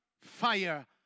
fire